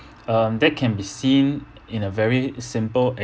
um that can be seen in a very simple